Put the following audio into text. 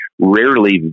rarely